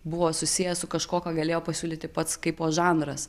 buvo susiję su kažkuo ką galėjo pasiūlyti pats kaipo žanras